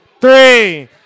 three